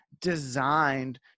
designed